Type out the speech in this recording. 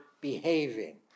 behaving